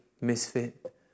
misfit